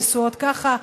נשואות ככה,